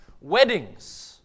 Weddings